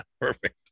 Perfect